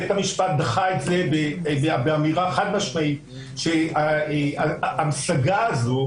בית המשפט דחה את זה באמירה חד-משמעית שההמשגה הזו,